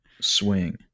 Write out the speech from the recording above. Swing